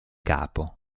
capo